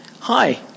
Hi